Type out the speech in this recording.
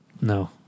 No